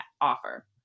offer